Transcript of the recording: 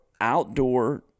outdoor